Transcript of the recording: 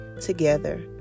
together